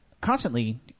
constantly